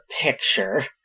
picture